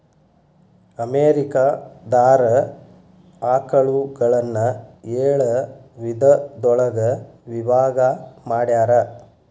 America ದಾರ ಆಕಳುಗಳನ್ನ ಏಳ ವಿಧದೊಳಗ ವಿಭಾಗಾ ಮಾಡ್ಯಾರ